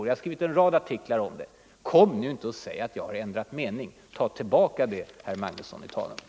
Jag har skrivit en rad artiklar om detta. Kom nu inte och säg att jag har ändrat mening! Ta tillbaka det, herr Magnusson i Tanum!